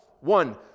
One